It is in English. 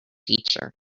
teacher